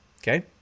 Okay